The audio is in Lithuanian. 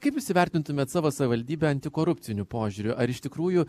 kaip jūs įvertintumėt savo savivaldybę antikorupciniu požiūriu ar iš tikrųjų